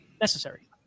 necessary